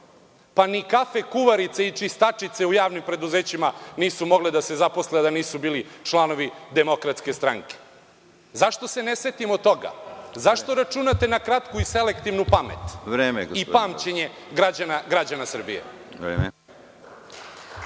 DS? Ni kafe-kuvarice ni čistačice u javnim preduzećima nisu mogle da se zaposle a da nisu bili članovi DS. Zašto se ne setimo toga? Zašto računate na kratku i selektivnu pamet i pamćenje građana Srbije?